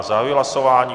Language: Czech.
Zahajuji hlasování.